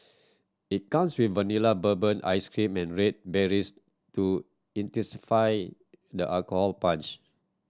it comes with Vanilla Bourbon ice cream and red berries to intensify the alcohol punch